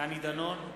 דני דנון,